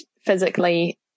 physically